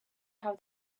how